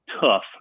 tough